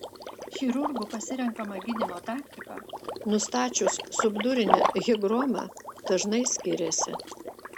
chirurgų pasirenkama gydymo taktika nustačius subdurinę higromą dažnai skiriasi